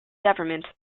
government